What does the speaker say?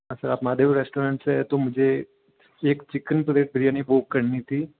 अच्छा आप महादेव रेस्टोरेंट से तो मुझे एक चिकन प्लेट बिरयानी बुक करनी थी